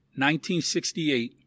1968